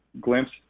Glimpse